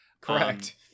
Correct